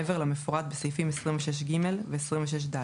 מעבר למפורט בסעיפים 26ג ו־26ד.